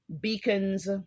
beacons